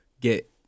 get